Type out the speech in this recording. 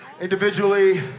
individually